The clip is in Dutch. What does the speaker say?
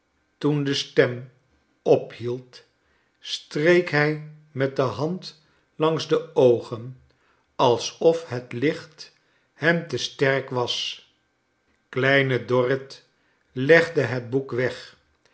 toen de stem ophield streek hij met de hand langs de oogen alsof het licht hem te sterk was kleine dorrit legde het boek weg